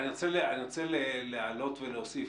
אני מבקש להעלות שוב את ד"ר אמיליה אניס.